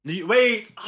Wait